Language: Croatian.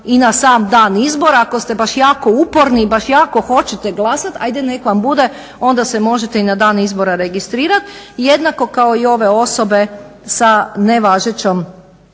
i na sam dan izbora ako ste baš jako uporni i baš jako hoćete glasat, ajde nek vam bude onda se možete i na dan izbora registrirat. Jednako kao i ove osobe sa nevažećom